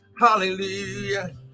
Hallelujah